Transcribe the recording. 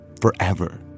forever